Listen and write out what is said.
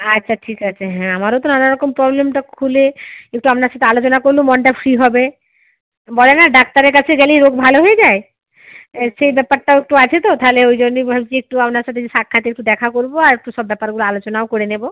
আচ্ছা ঠিক আছে হ্যাঁ আমারও তো নানা রকম প্রবলেমটা খুলে একটু আপনার সাথে আলোচনা করলেও মনটা ফ্রি হবে বলে না ডাক্তারের কাছে গেলেই রোগ ভালো হয়ে যায় সেই ব্যাপারটাও একটু আছে তো তাহলে ওই জন্যই ভাবছি একটু আপনার সাথে যে সাক্ষাতে একটু দেখা করব আর একটু সব ব্যাপারগুলো আলোচনাও করে নেব